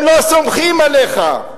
הם לא סומכים עליך,